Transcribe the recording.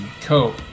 cope